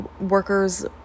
workers